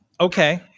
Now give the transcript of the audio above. okay